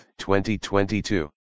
2022